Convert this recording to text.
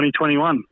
2021